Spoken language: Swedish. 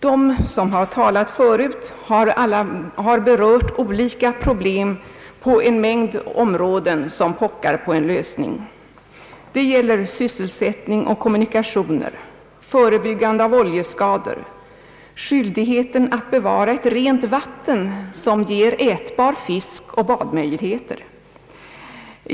De föregående talarna har berört olika problem på en mängd områden som pockar på en lösning. Det gäller sysselsättning och kommunikationer, förebyggande av oljeskador, skyldigheten att bevara ett rent vatten, som ger ätbar fisk och badmöjligheter.